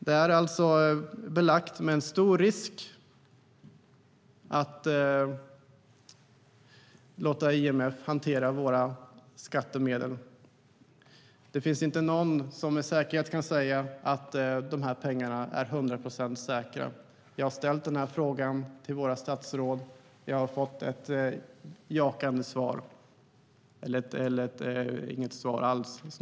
Det är alltså belagt med en stor risk att låta IMF hantera våra skattemedel. Det finns inte någon som med säkerhet kan säga att de här pengarna är 100 procent säkra. Jag har ställt den frågan till våra statsråd. Jag har fått jakande svar eller snarare inget svar alls.